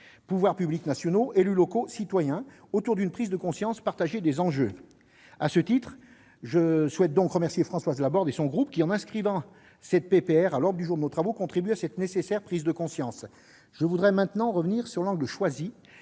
pouvoirs publics nationaux, élus locaux, citoyens -autour d'une prise de conscience partagée des enjeux. À ce titre, je souhaite remercier Françoise Laborde et son groupe : la discussion de la présente proposition de résolution contribue à cette nécessaire prise de conscience. Je voudrais maintenant revenir sur l'angle choisi